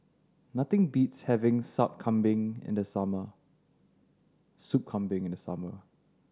nothing beats having Sup Kambing in the summer Soup Kambing in the summer